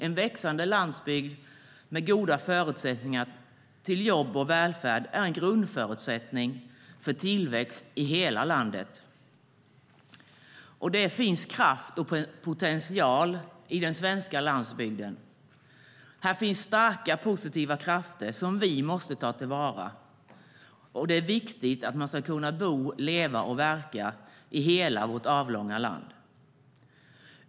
En växande landsbygd med goda förutsättningar till jobb och välfärd är en grundförutsättning för tillväxt i hela landet. Och det finns kraft och potential i den svenska landsbygden. Här finns starka, positiva krafter som vi måste ta till vara. Det är viktigt att man ska kunna bo, verka och leva i hela vårt avlånga land.